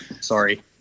Sorry